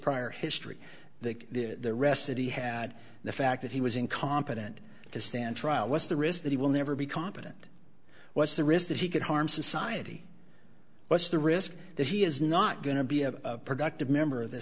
prior history that did the rest that he had the fact that he was incompetent to stand trial was the risk that he will never be competent what's the risk that he could harm society what's the risk that he is not going to be a productive member of th